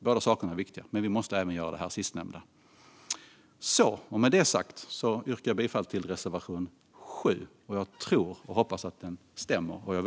Båda sakerna är viktiga, men vi måste även göra det sistnämnda. Med detta sagt yrkar jag bifall till reservation 7.